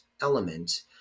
element